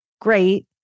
great